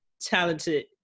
talented